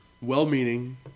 well-meaning